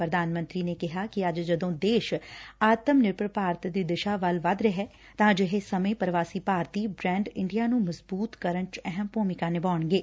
ਪੁਧਾਨ ਮੰਤਰੀ ਨੇ ਕਿਹਾ ਕਿ ਅੱਜ ਜਦੋ ਦੇਸ਼ ਆਤਮ ਨਿਰਭਰ ਭਾਰਤ ਦੀ ਦਿਸ਼ਾ ਵੱਲ ਵੱਧ ਰਿਹੈ ਤਾ ਅਜਿਹੇ ਸਮੇ ਪ੍ਰਵਾਸੀ ਭਾਰਤੀ ਬੈਡ ਇੰਡੀਆ ਨੰ ਮਜ਼ਬੂਤ ਕਰਨ ਚ ਅਹਿਮ ਭੂਮਿਕਾ ਨਿਭਾਉਣਗੇ